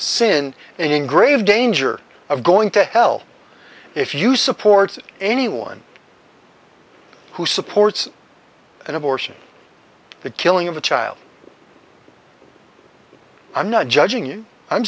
sin and in grave danger of going to hell if you support anyone who supports an abortion the killing of a child i'm not judging